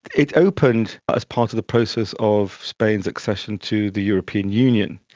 it opened as part of the process of spain's accession to the european union,